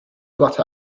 got